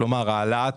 להעלאת